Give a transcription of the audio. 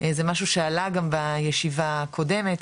זה משהו שעלה גם בישיבה הקודמת,